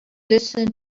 listen